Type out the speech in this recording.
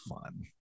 fun